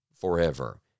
forever